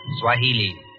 Swahili